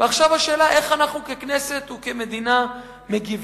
ועכשיו השאלה היא איך אנחנו ככנסת וכמדינה מגיבים.